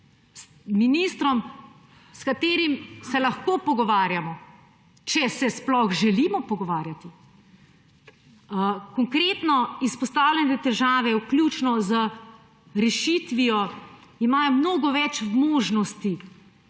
s katerim se lahko pogovarjamo, če se sploh želimo pogovarjati. Konkretno izpostavljene težave, vključno z rešitvijo, imajo mnogo več možnosti